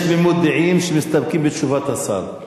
יש תמימות דעים שמסתפקים בתשובת השר.